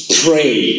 pray